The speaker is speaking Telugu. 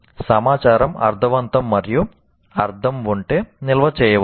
సమాచారం అర్ధవంతం మరియు అర్థం ఉంటే నిల్వ చేయబడవచ్చు